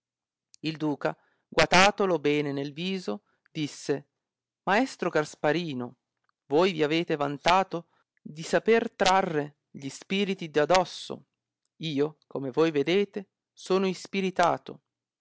il duca guatatolo bene nel viso disse maestro gasparino voi vi avete vantato di saper trarre gii spiriti da dosso io come voi vedete sono ispiritato